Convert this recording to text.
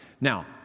Now